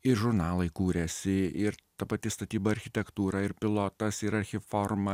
ir žurnalai kūrėsi ir ta pati statyba architektūra ir pilotas ir archiforma